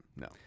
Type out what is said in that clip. no